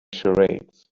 charades